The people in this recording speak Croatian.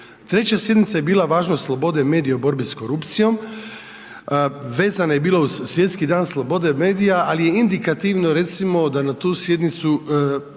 Treća sjednica je bila Važnost slobode medija u borbi s korupcijom, vezana je bila uz Svjetski dan slobode medija ali je indikativno recimo da na tu sjednicu